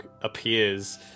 appears